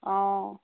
অঁ